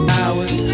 hours